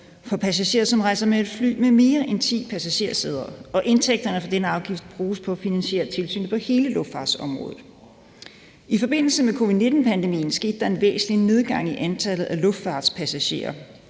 for passagerer, der rejser med fly med mere end ti passagersæder, og som betales af luftfartsselskaberne. Indtægterne fra denne afgift bruges til at finansiere tilsyn på hele luftfartsområdet. I forbindelse med covid-19-pandemien skete der en væsentlig nedgang i antallet af luftfartspassagerer,